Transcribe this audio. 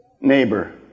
neighbor